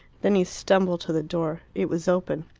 then he stumbled to the door. it was open.